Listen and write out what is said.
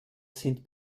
sind